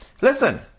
Listen